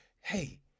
Hey